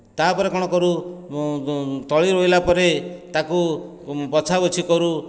ତା'ପରେ କଣ କରୁ ତଳି ରୋଇଲା ପରେ ତାକୁ ବଛାବଛି କରୁ